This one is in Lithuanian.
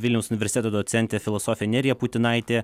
vilniaus universiteto docentė filosofė nerija putinaitė